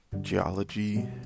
geology